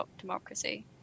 democracy